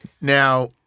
Now